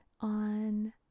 on